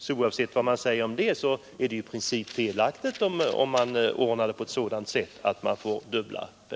29 maj 1973